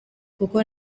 kuko